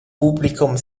publicum